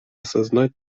осознать